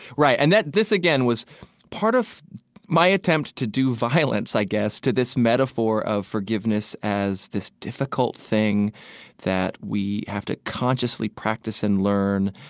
right. and this, again, was part of my attempt to do violence, i guess, to this metaphor of forgiveness as this difficult thing that we have to consciously practice and learn,